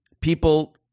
People